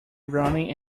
running